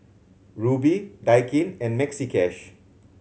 Rubi Daikin and Maxi Cash